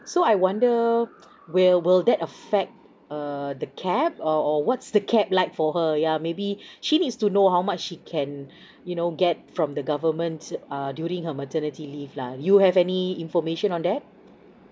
so I wonder will will that affect err the cap or or what's the cap like for her yeah maybe she needs to know how much she can you know get from the governments err during her maternity leave lah you have any information on that